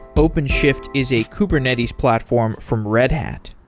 but openshift is a kubernetes platform from red hat.